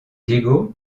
diego